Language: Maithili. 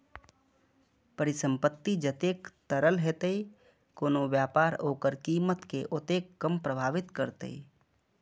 परिसंपत्ति जतेक तरल हेतै, कोनो व्यापार ओकर कीमत कें ओतेक कम प्रभावित करतै